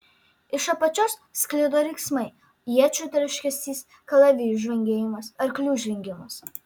iš apačios sklido riksmai iečių tarškesys kalavijų žvangėjimas arklių žvengimas